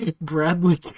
Bradley